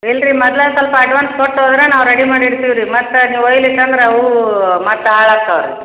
ಇಲ್ಲ ರಿ ಮೊದಲ ಸ್ವಲ್ಪ ಅಡ್ವಾನ್ಸ್ ಕೊಟ್ಟು ಹೋದ್ರೆ ನಾವು ರೆಡಿ ಮಾಡಿ ಇಡ್ತೀವಿ ರೀ ಮತ್ತೆ ನೀವು ಒಯ್ಯಲಿಲ್ಲ ಅಂದರೆ ಹೂ ಮತ್ತೆ ಹಾಳಾಗ್ತಾವೆ ರೀ